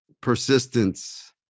persistence